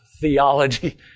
theology